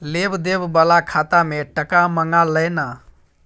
लेब देब बला खाता मे टका मँगा लय ना